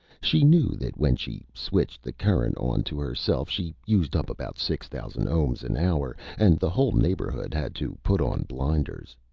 she knew that when she switched the current on to herself she used up about six thousand ohms an hour, and the whole neighborhood had to put on blinders.